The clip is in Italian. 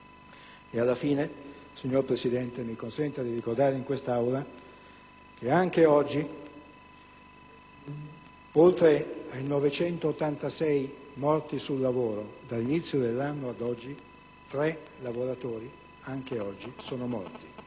E alla fine, signor Presidente, mi consenta di ricordare in quest'Aula che anche oggi, oltre ai 986 morti sul lavoro dall'inizio dell'anno, ci sono stati altri tre morti: